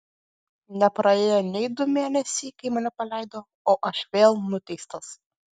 nepraėjo nei du mėnesiai kai mane paleido o aš vėl nuteistas